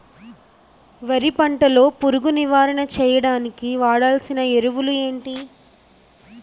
వరి పంట లో పురుగు నివారణ చేయడానికి వాడాల్సిన ఎరువులు ఏంటి?